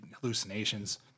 hallucinations